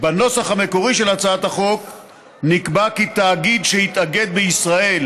בנוסח המקורי של הצעת החוק נקבע כי תאגיד שהתאגד בישראל,